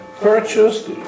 purchased